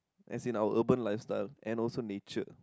as in our urban lifestyle and also nature